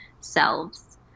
selves